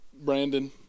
Brandon